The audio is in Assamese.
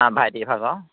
ভাইটিভাগৰ